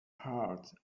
heart